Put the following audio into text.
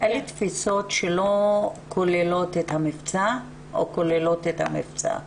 אלה תפיסות שלא כוללות את המבצע או כוללות את המבצע הוולונטרי?